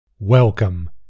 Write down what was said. Welcome